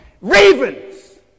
ravens